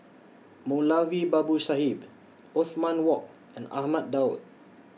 Moulavi Babu Sahib Othman Wok and Ahmad Daud